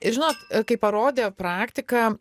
ir žinot kaip parodė praktika